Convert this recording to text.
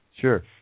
Sure